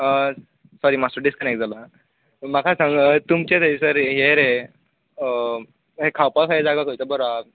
sorry मात्सो disconnect जालो म्हाका सांग तुमच्या थंयसर हें रे खावपाक थंय खंयचो जागो बरो आसा